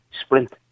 sprint